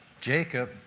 Jacob